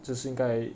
这是应该